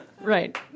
Right